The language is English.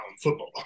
football